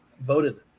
voted